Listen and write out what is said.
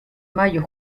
mayo